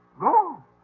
Go